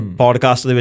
podcast